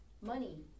money